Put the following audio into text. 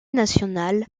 nationale